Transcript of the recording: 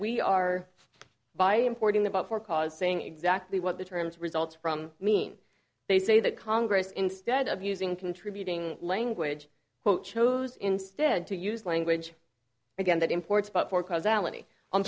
we are by importing the vote for causing exactly what the terms result from mean they say that congress instead of using contributing language oh chose instead to use language again that imports but for